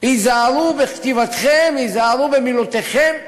היזהרו בכתיבתכם, היזהרו במילותיכם.